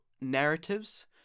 narratives